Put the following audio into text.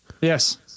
Yes